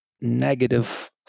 negative